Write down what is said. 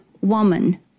woman